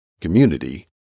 community